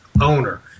owner